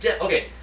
Okay